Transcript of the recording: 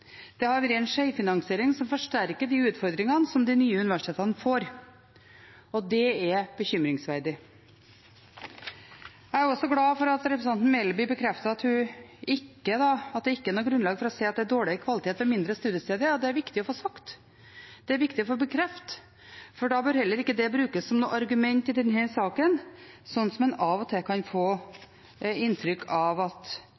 Det har vært en skjevfinansiering som forsterker de utfordringene som de nye universitetene får, og det er bekymringsfullt. Jeg er også glad for at representanten Melby bekrefter at det ikke er noe grunnlag for å si at det er dårligere kvalitet ved mindre studiesteder. Det er det viktig å få sagt, det er det viktig å få bekreftet, for da bør heller ikke det brukes som noe argument i denne saken, slik en av og til kan få inntrykk av at